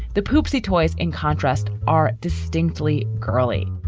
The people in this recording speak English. the poopsie toys, in contrast, are distinctly girly.